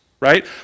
Right